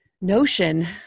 notion